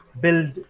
build